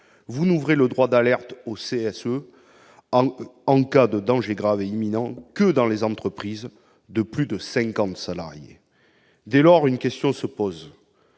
vous n'ouvrez le droit d'alerte au CSE en cas de danger grave et imminent que dans les entreprises de plus de 50 salariés. Dès lors, une question se pose